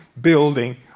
building